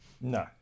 no